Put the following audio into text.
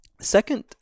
second